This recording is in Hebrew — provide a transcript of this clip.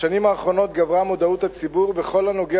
בשנים האחרונות גברה מודעות הציבור בכל הקשור